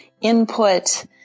input